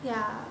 yeah